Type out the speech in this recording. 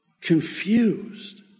confused